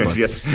yes,